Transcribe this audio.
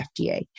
FDA